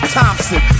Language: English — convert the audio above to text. Thompson